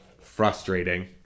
frustrating